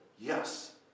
Yes